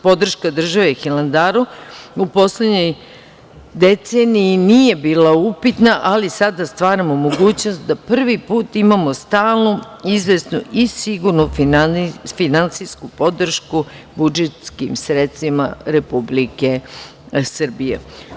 Podrška države Hilandaru u poslednjoj deceniji nije bila upitna, ali sada stvaramo mogućnost da prvi put imamo stalnu, izvesnu i sigurnu finansijsku podršku budžetskim sredstvima Republike Srbije.